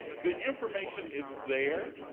the information is there.